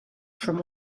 from